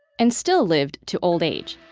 and still lived to old age.